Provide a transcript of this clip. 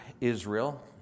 Israel